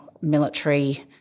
military